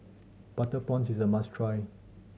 butter prawns is a must try